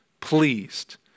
pleased